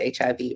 HIV